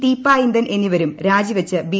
തീപ്പായിന്തൻ എന്നിവരും രാജി വച്ച് ബി